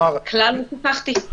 כלל לא שכחתי.